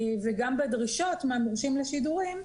וגם בדרישות מהמורשים לשידורים,